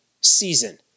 season